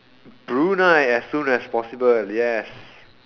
Brunei as soon as possible yes